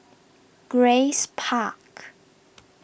Grace Park